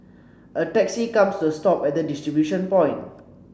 a taxi comes to a stop at the distribution point